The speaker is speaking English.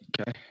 Okay